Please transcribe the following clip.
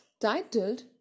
titled